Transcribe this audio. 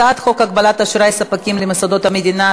הצעת חוק הגבלת אשראי ספקים למוסדות המדינה,